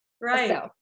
Right